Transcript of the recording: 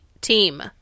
team